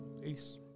Peace